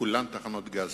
כולן תחנות גזיות.